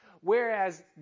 whereas